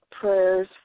prayers